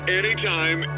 anytime